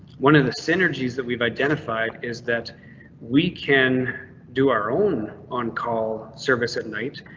one of the synergies that we've identified is that we can do our own on call service at night.